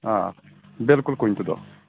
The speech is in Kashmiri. آ بِلکُل کُنہِ تہِ دۄہ